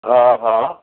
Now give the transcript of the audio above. हा हा